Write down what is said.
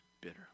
bitter